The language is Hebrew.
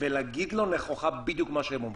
ולהגיד לו נכוחה בדיוק מה שהם אומרים.